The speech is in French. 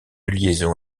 liaison